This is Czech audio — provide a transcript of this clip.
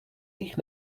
jich